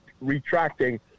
retracting